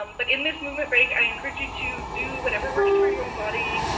um but in this movement break, i encourage you to do whatever works for your own body.